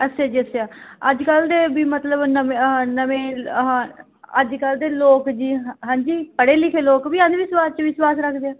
ਅੱਛਾ ਜੀ ਅੱਛਾ ਅੱਜ ਕੱਲ੍ਹ ਦੇ ਵੀ ਮਤਲਬ ਨਵੇਂ ਨਵੇਂ ਆਹ ਅੱਜ ਕੱਲ੍ਹ ਦੇ ਲੋਕ ਜੀ ਹਾਂਜੀ ਪੜ੍ਹੇ ਲਿਖੇ ਲੋਕ ਵੀ ਅੰਧ ਵਿਸ਼ਵਾਸ 'ਚ ਵਿਸ਼ਵਾਸ ਰੱਖਦੇ ਆ